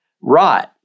Right